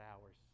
hours